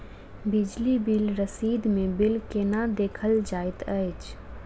बिजली बिल रसीद मे बिल केना देखल जाइत अछि?